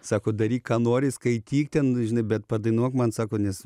sako daryk ką nori skaityk ten žinai bet padainuok man sako nes